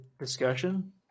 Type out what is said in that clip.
discussion